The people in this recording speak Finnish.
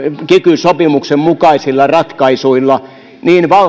kiky sopimuksen mukaisilla ratkaisuilla niin valtio